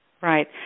Right